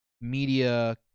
media